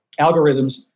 algorithms